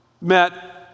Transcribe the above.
met